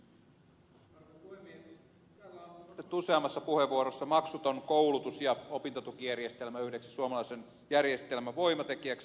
täällä on nostettu useammassa puheenvuorossa maksuton koulutus ja opintotukijärjestelmä yhdeksi suomalaisen järjestelmän voimatekijäksi